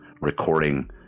recording